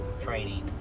training